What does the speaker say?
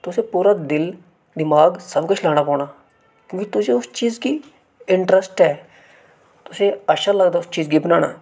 तु'सें पूरा दिल दमाग सब कुछ लाना पौना क्योंकि तुस उस चीज़ गी इंनटरेस्ट ऐ तु'सें गी अच्छा लगदा उस चीज गी बनाना